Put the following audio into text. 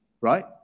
right